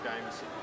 games